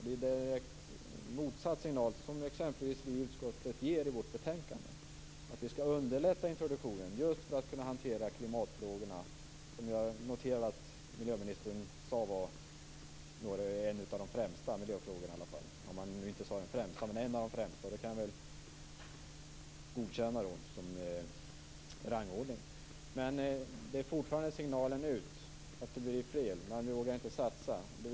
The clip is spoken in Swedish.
Det är en direkt motsatt signal till den som exempelvis vi i utskottet ger i vårt betänkande, att vi skall underlätta introduktionen just för att kunna hantera klimatfrågorna, som jag noterade att miljöministern sade är en av de främsta miljöfrågorna, även om han nu inte sade att det är den främsta. Men den rangordningen kan jag godkänna. Men det är fortfarande signalen ut, att alternativen blir fler, som gör att man inte vågar satsa.